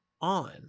on